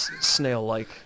snail-like